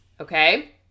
Okay